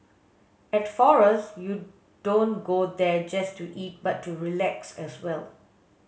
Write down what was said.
at forest you don't go there just to eat but to relax as well